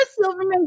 Silverman